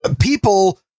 people